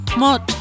mod